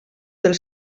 del